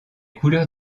couleurs